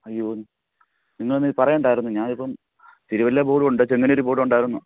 അയ്യോ നിങ്ങളന്നീ പറയണ്ടായിരുന്നോ ഞാനിപ്പം തിരുവല്ല ബോർഡുണ്ട് ചെങ്ങന്നൂർ ബോർഡൂണ്ടായിരുന്നു